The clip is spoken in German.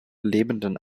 lebenden